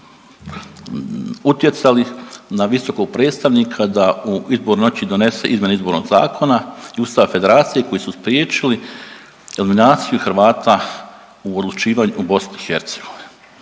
utjecali na visokog predstavnika da u izbornoj noći donese izmjene izbornog zakona i ustava federacije koji su spriječili eliminaciju Hrvata u odlučivanju u BiH.